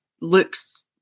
looks